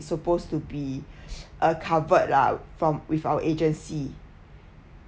supposed to be a covered lah from with our agency